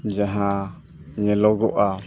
ᱡᱟᱦᱟᱸ ᱧᱮᱞᱚᱜᱚᱜᱼᱟ